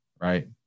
right